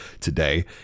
today